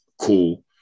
cool